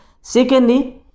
Secondly